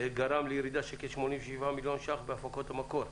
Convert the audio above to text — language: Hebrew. גרם לירידה של כ-87 מיליון ש"ח בהפקות המקור.